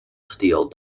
steele